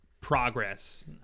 Progress